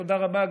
תודה רבה,